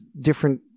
different